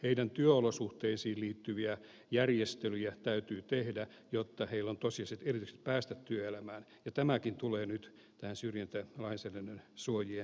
heidän työolosuhteisiinsa liittyviä järjestelyjä täytyy tehdä jotta heillä on tosiasialliset edellytykset päästä työelämään ja tämäkin tulee nyt näihin syrjintälainsäädännön suojien piiriin